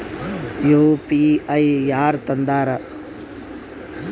UPI ಯಾರ್ ತಂದಾರ?